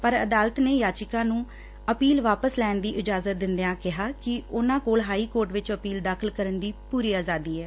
ਪਰ ਅਦਾਲਤ ਨੇ ਯਾਚੀਆਂ ਨੂੰ ਅਪੀਲ ਵਾਪਸ ਲੈਣ ਦੀ ਇਜ਼ਾਜਤ ਦਿੰਦਿਆਂ ਕਿਹਾ ਕਿ ਉਨੂਾ ਕੋਲ ਹਾਈ ਕੋਰਟ ਵਿਚ ਅਪੀਲ ਦਾਖਲ ਕਰਨ ਦੀ ਪੁਰੀ ਆਜ਼ਾਦੀ ਏ